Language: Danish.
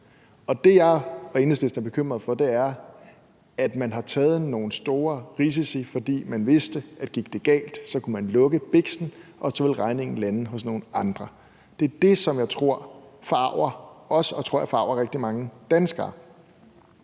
som jeg og Enhedslisten er bekymret for, er, at man har taget nogle store risici, fordi man vidste, at gik det galt, kunne man lukke biksen, og så ville regningen lande hos nogle andre. Det er det, som forarger os og, tror jeg, rigtig mange danskere.